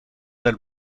del